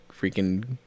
freaking